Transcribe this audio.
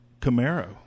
Camaro